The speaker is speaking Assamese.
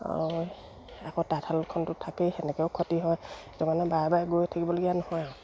অঁ আকৌ তাঁতশালখনটো থাকেই সেনেকৈয়ো ক্ষতি হয় সেইটো কাৰণে বাৰে বাৰে গৈ থাকিবলগীয়া নহয় আৰু